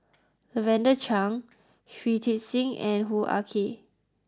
Lavender Chang Shui Tit Sing and Hoo Ah Kay